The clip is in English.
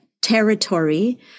territory